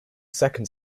second